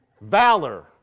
Valor